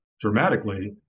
dramatically